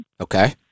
Okay